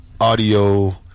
audio